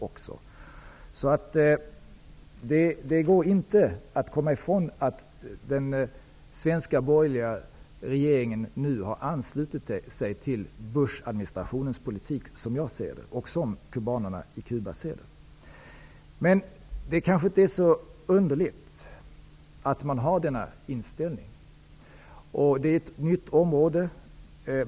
Det går inte att komma ifrån att den svenska borgerliga regeringen nu har anslutit sig till Bushadministrationens politik, som jag ser det och som kubanerna i Cuba ser det. Det är kanske inte så underligt att man har denna inställning. Det här är ett nytt område.